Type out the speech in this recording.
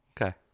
Okay